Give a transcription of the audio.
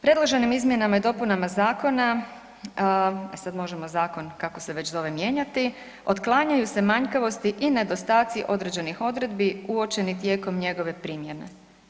Predloženim izmjenama i dopunama zakona, sad možemo zakon, kako se već zove, mijenjati, otklanjaju se manjkavosti i nedostaci određenih odredbi uočenih tijekom njegove primjene.